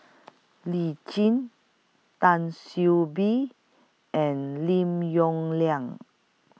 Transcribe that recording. Lee Tjin Tan See Be and Lim Yong Liang